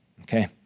Okay